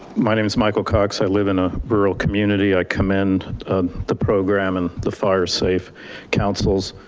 my name is michael cox, i live in a rural community. i commend the program and the fire safe councils.